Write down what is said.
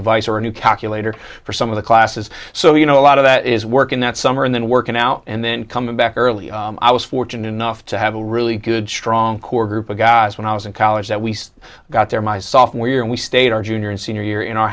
device or a new calculator for some of the classes so you know a lot of that is working that summer and then working out and then coming back early i was fortunate enough to have a really good strong core group of guys when i was in college that we got there my sophomore year and we stayed our junior and senior year in our